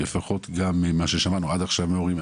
לפחות ממה ששמענו עד כה מההורים,